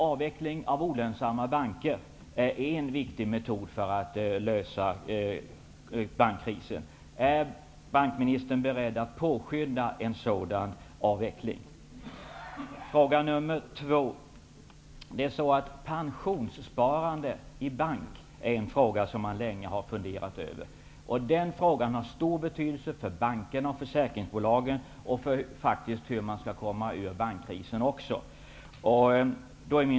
Avveckling av olönsamma banker är en viktig metod för att lösa bankkrisen. Är bankministern beredd att påskynda en sådan avveckling? 2. Pensionssparande i bank är en fråga som man länge har funderat över, och den frågan har stor betydelse för bankerna, försäkringsbolagen och faktiskt också för hur man skall komma ur bankkrisen.